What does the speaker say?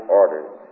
orders